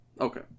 Okay